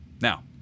now